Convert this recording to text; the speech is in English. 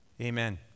Amen